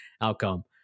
outcome